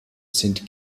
sind